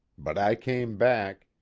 but i came back.